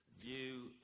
View